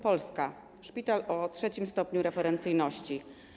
Polska, szpital o III stopniu referencyjności.